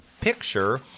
picture